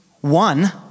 one